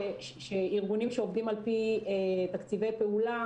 כמה מהארגונים שעובדים על פי תקציבי פעולה,